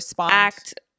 act